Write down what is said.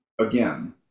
again